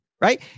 right